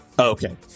Okay